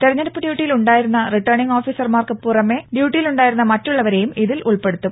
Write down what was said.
തെരഞ്ഞെടുപ്പ് ഡ്യൂട്ടിയിൽ ഉണ്ടായിരുന്ന റിട്ടേണിംഗ് ഓഫീസർമാർക്ക് പുറമെ ഡ്യൂട്ടിയിൽ ഉണ്ടായിരുന്ന മറ്റുള്ളവരേയും ഇതിൽ ഉൾപ്പെടുത്തും